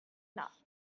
not